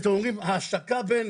ההשקה בין